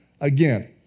again